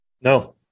No